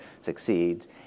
succeeds